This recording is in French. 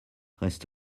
reste